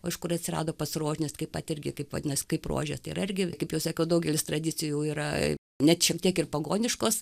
o iš kur atsirado pats rožinis kaip pat irgi kaip vadinas kaip rožė tai yra irgi kaip jau sakiau daugelis tradicijų yra net šiek tiek ir pagoniškos